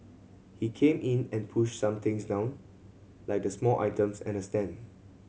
he came in and pushed some things down like the small items and a stand